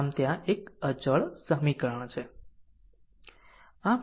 આમ ત્યાં એક અચળ સમીકરણ હશે